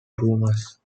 boomers